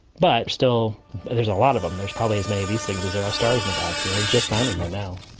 but still there's a lot of them. there's probably as many of these things as there are stars in the galaxy. we are just finding them now.